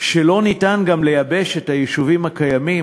שלא ניתן גם לייבש את היישובים הקיימים,